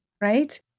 right